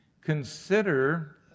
consider